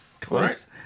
Close